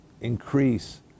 increase